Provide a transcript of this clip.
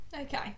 okay